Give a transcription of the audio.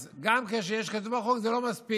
אז גם כשכתוב בחוק זה לא מספיק.